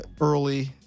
early